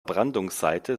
brandungsseite